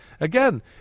Again